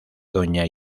doña